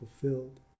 fulfilled